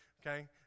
Okay